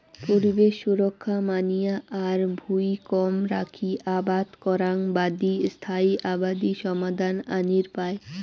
পরিবেশ সুরক্ষা মানিয়া আর ভুঁই কম রাখি আবাদ করাং বাদি স্থায়ী আবাদি সমাধান আনির পায়